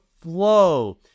flow